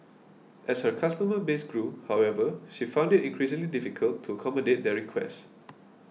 as her customer base grew however she found it increasingly difficult to accommodate their requests